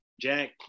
Jack